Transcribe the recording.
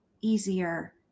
easier